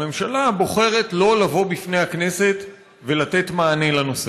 הממשלה בוחרת שלא לבוא בפני הכנסת ולתת מענה בנושא.